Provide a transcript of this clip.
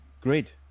great